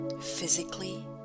physically